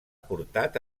portat